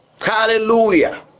Hallelujah